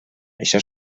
això